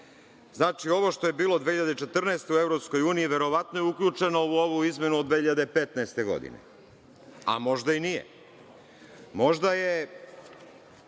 Znači, ovo što je bilo 2014. godine u EU verovatno je uključeno u ovu izmenu od 2015. godine, a možda i nije. Možda je